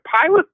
Pilot